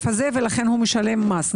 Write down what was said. ולכן הוא משלם מס,